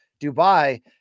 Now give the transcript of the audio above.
Dubai